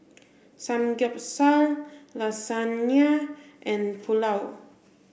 Samgyeopsal Lasagna and Pulao